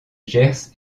gers